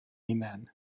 hunain